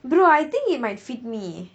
brother I think it might fit me